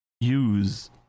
Use